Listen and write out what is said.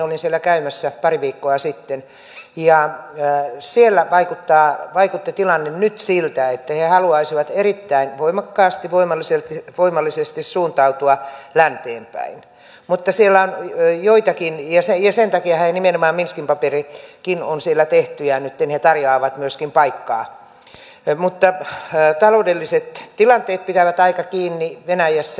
olin siellä käymässä pari viikkoa sitten ja siellä vaikutti tilanne nyt siltä että he haluaisivat erittäin voimakkaasti voimallisesti suuntautua länteen päin ja sen takiahan nimenomaan minskin paperikin on siellä tehty ja nytten he tarjoavat myöskin paikkaa mutta taloudelliset tilanteet pitävät aika lailla kiinni venäjässä